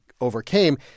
overcame